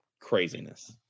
craziness